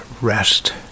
rest